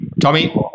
Tommy